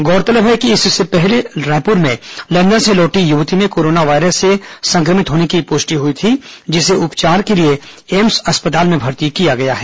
गौरतलब है कि इससे पहले रायपुर में लंदन से लौटी युवती में कोरोना वायरस से संक्रमित होने की पुष्टि हुई थी जिसे उपचार के लिए एम्स में भर्ती किया गया है